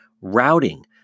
routing